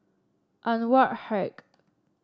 Anwarul Haque